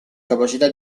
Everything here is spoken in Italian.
capacità